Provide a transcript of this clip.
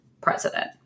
president